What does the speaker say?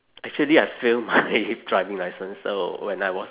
actually I fail my driving licence so when I was